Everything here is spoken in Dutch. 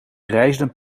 reisden